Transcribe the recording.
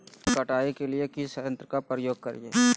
फसल कटाई के लिए किस यंत्र का प्रयोग करिये?